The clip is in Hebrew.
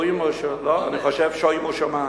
לא, אני חושב שוימו שמים.